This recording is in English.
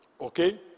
Okay